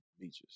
beaches